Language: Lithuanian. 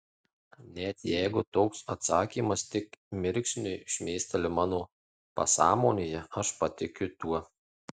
net jeigu toks atsakymas tik mirksniui šmėkšteli mano pasąmonėje aš patikiu tuo